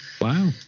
Wow